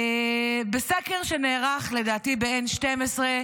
בסקר שנערך לדעתי ב-N12,